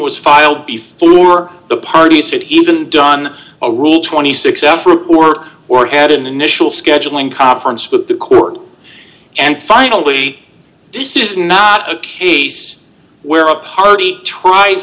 was filed before the party city even done a rule twenty six dollars report or had an initial scheduling conference with the court and finally this is not a case where a party tries